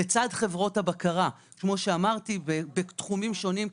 לצד חברות הבקרה בתחומים שונים,